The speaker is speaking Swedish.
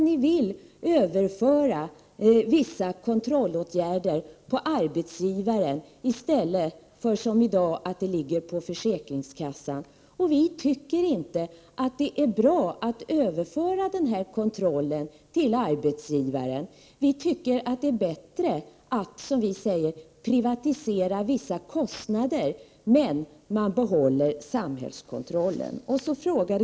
Ni vill överföra vissa kontrollåtgärder på arbetsgivaren i stället för att de, som i dag, ligger på försäkringskassan. Vi i vpk tycker inte att det är bra att denna kontroll överförs till arbetsgivaren. Det är bättre att privatisera vissa kostnader, men behålla samhällskontrollen.